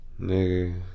Nigga